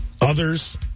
Others